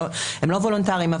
הם לא וולונטריים.